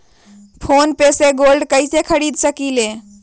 Phone पे से gold कईसे खरीद सकीले?